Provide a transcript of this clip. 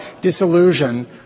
disillusion